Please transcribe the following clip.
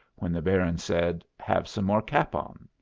when the baron said, have some more capon?